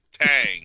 Tang